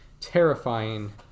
terrifying